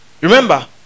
Remember